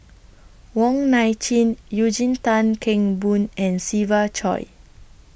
Wong Nai Chin Eugene Tan Kheng Boon and Siva Choy